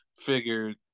figured